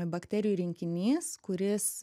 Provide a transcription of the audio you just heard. bakterijų rinkinys kuris